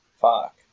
Fuck